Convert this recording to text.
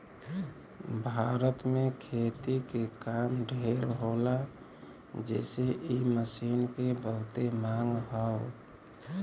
भारत में खेती के काम ढेर होला जेसे इ मशीन के बहुते मांग हौ